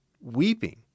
weeping